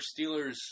Steelers